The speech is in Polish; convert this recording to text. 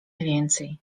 więcej